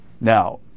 Now